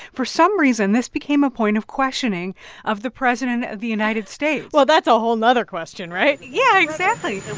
for some reason, this became a point of questioning of the president of the united states well, that's a whole nother question, right? yeah, exactly